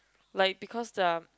like because the